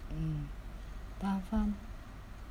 mm faham faham